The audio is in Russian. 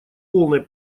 полной